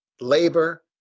labor